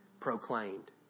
proclaimed